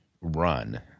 run